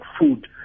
food